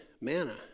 manna